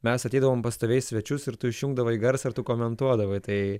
mes ateidavom pas tave į svečius ir tu išjungdavai garsą ir tu komentuodavai tai